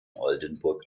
oldenburg